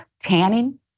tanning